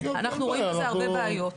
אנחנו רואים בזה הרבה בעיות.